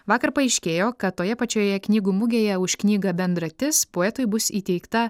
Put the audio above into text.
vakar paaiškėjo kad toje pačioje knygų mugėje už knygą bendratis poetui bus įteikta